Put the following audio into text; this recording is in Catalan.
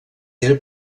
era